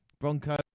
Bronco